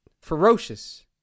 ferocious